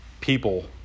people